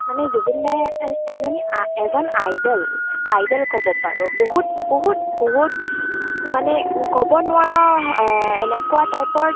মানে জুবিন দায়ে এজনী এজন আইডল আইডল ক'ব পাৰোঁ বহুত বহুত বহুত মানে ক'ব নোৱাৰা এনেকুৱা টাইপৰ